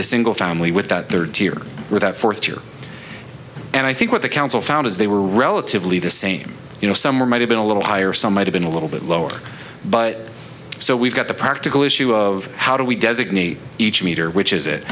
the single family with that thirty year or that fourth year and i think what the council found is they were relatively the same you know summer might have been a little higher some might have been a little bit lower but so we've got the practical issue of how do we designate each meter which is it